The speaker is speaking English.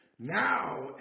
Now